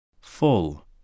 Full